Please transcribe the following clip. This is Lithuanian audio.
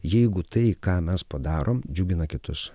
jeigu tai ką mes padarom džiugina kitus